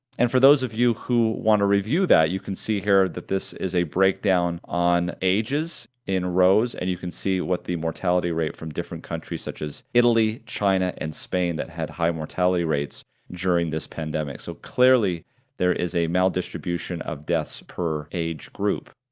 and for those of you who want to review that, you can see here that this is a breakdown on ages in rows, and you can see what the mortality rate from different countries, such as italy, china, and spain that had high mortality rates during this pandemic, so clearly there is a maldistribution of deaths per age group.